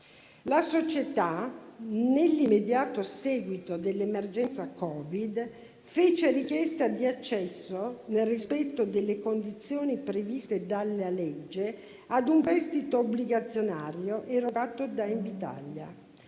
la società, nell'immediato seguito dell'emergenza Covid, fece richiesta di accesso, nel rispetto delle condizioni previste dalla legge, a un prestito obbligazionario erogato da Invitalia.